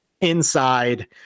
inside